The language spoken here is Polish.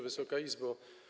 Wysoka Izbo!